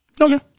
Okay